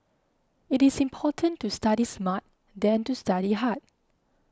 it is important to study smart than to study hard